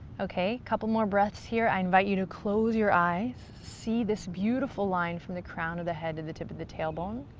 okay, couple more breaths here. i invite you to close your eyes, see this beautiful line from the crown of the head to the tip of the tailbone.